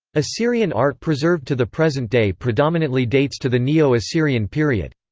assyrian art preserved to the present day predominantly dates to the neo-assyrian period.